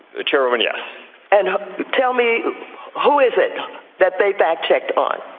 chairman yes and tell me who is it that they that check on